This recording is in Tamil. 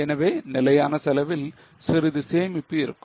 எனவே நிலையான செலவில் சிறிது சேமிப்பு இருக்கும்